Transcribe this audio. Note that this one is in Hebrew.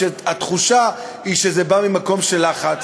כשהתחושה היא שזה בא ממקום של לחץ,